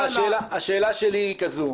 השאלה שלי היא כזו: